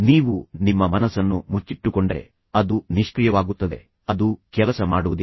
ನೀವು ನಿಮ್ಮ ಮನಸ್ಸನ್ನು ಮುಚ್ಚಿಟ್ಟುಕೊಂಡರೆ ಅದು ನಿಷ್ಕ್ರಿಯವಾಗುತ್ತದೆ ಅದು ಕೆಲಸ ಮಾಡುವುದಿಲ್ಲ